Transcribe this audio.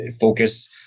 focus